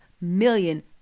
million